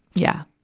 yeah.